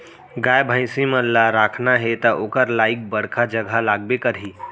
गाय भईंसी मन ल राखना हे त ओकर लाइक बड़का जघा लागबे करही